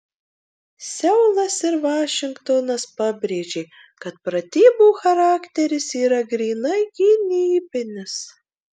seulas ir vašingtonas pabrėžė kad pratybų charakteris yra grynai gynybinis